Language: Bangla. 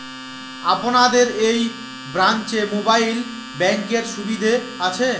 আপনাদের এই ব্রাঞ্চে মোবাইল ব্যাংকের সুবিধে আছে?